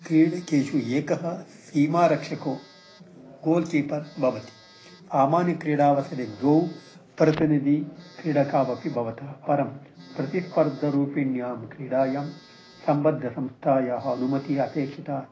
क्रीडकेषु एकः सीमारक्षको goalkeeper भवति सामान्यक्रीडावसरे द्वौ प्रतिनिधिः क्रीडकावपि भवतः परं प्रतिस्पर्धरूपीण्यां क्रीडायां सम्बद्धसंस्थायाः अनुमतिः अपेक्षिता